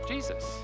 Jesus